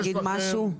להגיד משהו?